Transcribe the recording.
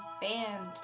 band